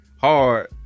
hard